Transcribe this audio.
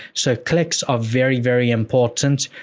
so, clicks are very, very important,